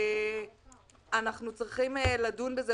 אנחנו צריכים לדון בזה,